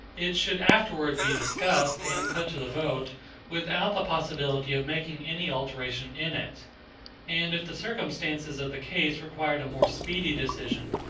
it should afterward be discussed and put to the vote without the possibility of making any alteration in it and if the circumstances of the case required a more speedy decision,